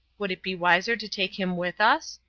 would it be wiser to take him with us?